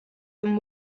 than